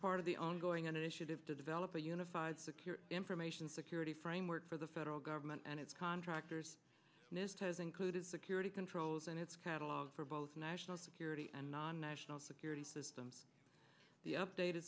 part of the own going initiative to develop a unified secure information security framework for the federal government and its contractors nist has included security controls and its catalog for both national security and non national security system the updated